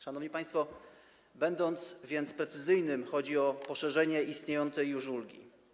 Szanowni państwo, będąc więc precyzyjnym, powiem, że chodzi o rozszerzenie istniejącej już ulgi.